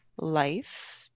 life